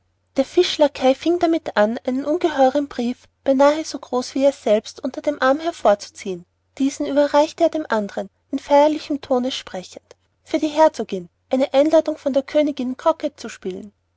der fisch lackei fing damit an einen ungeheuren brief beinah so groß wie er selbst unter dem arme hervorzuziehen diesen überreichte er dem anderen in feierlichem tone sprechend für die herzogin eine einladung von der königin croquet zu spielen